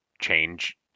change